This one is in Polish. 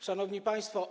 Szanowni Państwo!